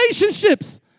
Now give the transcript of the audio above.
relationships